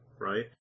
right